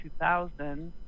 2000